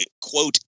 quote